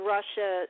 Russia